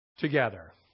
Together